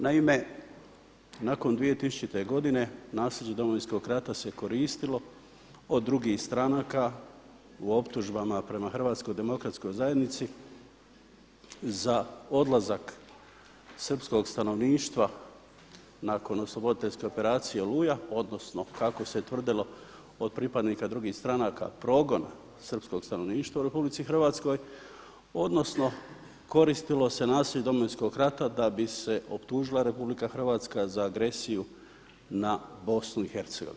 Naime, nakon 2000. godine nasljeđe Domovinskog rata se koristilo od drugih stranaka u optužbama prema HDZ-u za odlazak srpskog stanovništva na osloboditeljske operacije Oluja odnosno kako se tvrdilo od pripadnika drugih stranaka, progon Srpskog stanovništva u RH odnosno koristilo se nasljeđe Domovinskog rata da bi se optužila RH za agresiju na BiH.